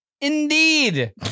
Indeed